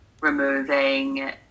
removing